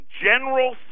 general